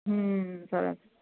હમ સરસ